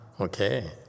okay